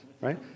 right